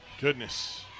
Goodness